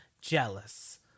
jealous